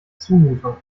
zumutung